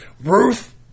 Ruth